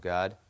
God